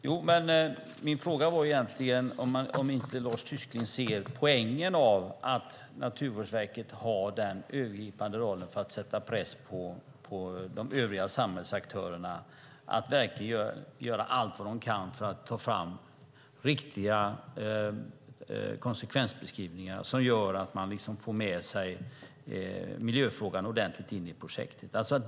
Fru talman! Min fråga var egentligen om inte Lars Tysklind ser poängen med att Naturvårdsverket har den övergripande rollen när det gäller att sätta press på de övriga samhällsaktörerna att verkligen göra allt vad de kan för att ta fram riktiga konsekvensbeskrivningar som gör att man får med sig miljöfrågan ordentligt in i projektet.